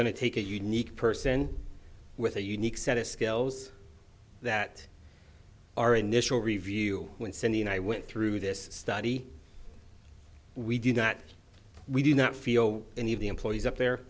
going to take a unique person with a unique set of scales that our initial review when cindy and i went through this study we do not we do not feel any of the employees up there